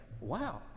wow